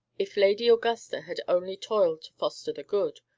if lady augusta had only toiled to foster the good,